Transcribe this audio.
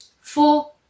four